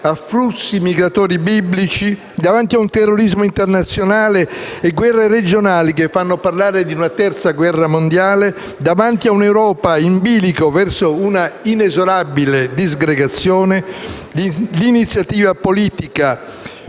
a flussi migratori biblici, davanti ad un terrorismo internazionale e guerre regionali che fanno parlare di una terza guerra mondiale, davanti ad un'Europa in bilico verso un'inesorabile disgregazione, l'iniziativa politica